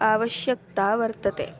आवश्यक्ता वर्तते